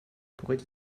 pourrait